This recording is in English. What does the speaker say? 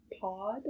Pod